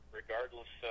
regardless